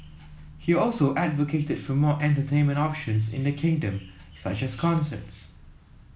he also advocated for more entertainment options in the kingdom such as concerts